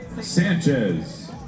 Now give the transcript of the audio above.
Sanchez